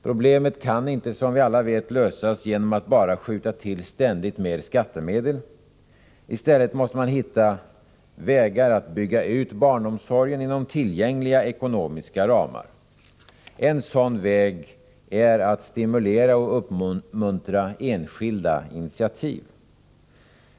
Problemet kan man inte lösa — som vi alla vet — enbart genom att ständigt skjuta till mer skattemedel. I stället måste man hitta vägar att bygga ut barnomsorgen, inom tillgängliga ekonomiska ramar. En sådan väg är att stimulera och uppmuntra till enskilda initiativ.